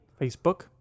Facebook